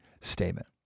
statement